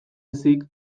ezik